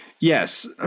yes